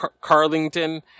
Carlington